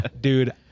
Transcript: dude